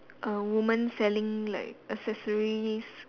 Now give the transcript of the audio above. a woman selling like accessories